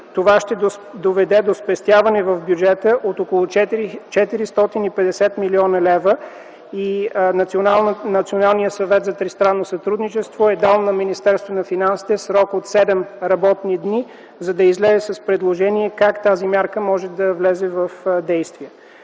Това ще доведе до спестяване в бюджета от около 450 млн. лв. Националният съвет за тристранно сътрудничество е дал на Министерството на финансите срок от седем работни дни, за да излезе с предложение как тази мярка може да влезе в действие.